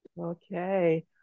Okay